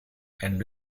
and